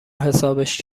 حسابش